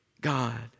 God